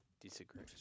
Disagree